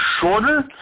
shorter